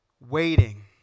Waiting